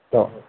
हो